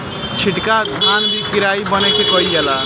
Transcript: छिटका धान भी कियारी बना के कईल जाला